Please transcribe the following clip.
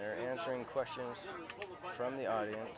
they're answering questions from the audience